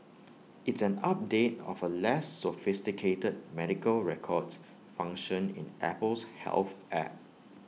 it's an update of A less sophisticated medical records function in Apple's health app